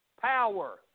power